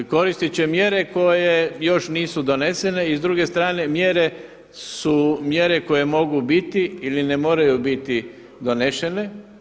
Da, koristit će mjere koje još nisu donesene i s druge strane mjere su mjere koje mogu biti ili ne moraju biti donešene.